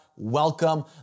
Welcome